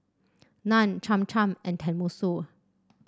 Naan Cham Cham and Tenmusu